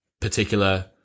particular